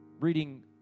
reading